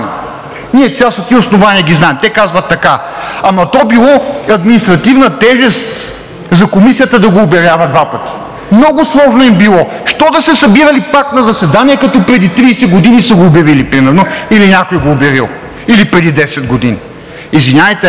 Ние част от тези основания ги знаем. Те казват така: „То било административна тежест за Комисията да го обявява два пъти. Много сложно им било! Що да се събирали пак на заседание, като преди 30 години са го обявили примерно или някой го е обявил, или преди 10 години?!“ Извинявайте, ама,